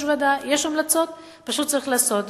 יש המלצות, פשוט צריך לעשות.